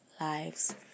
lives